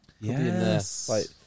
Yes